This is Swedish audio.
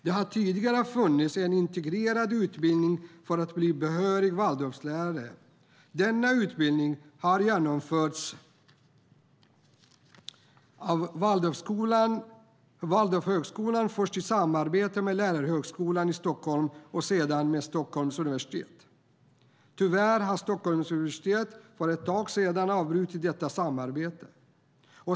Det har tidigare funnits en integrerad utbildning för att bli behörig Waldorflärare. Denna utbildning har genomförts av Waldorflärarhögskolan, först i samarbete med Lärarhögskolan i Stockholm och sedan med Stockholms universitet. Tyvärr har Stockholms universitet för ett tag sedan avbrutit detta samarbete.